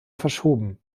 verschoben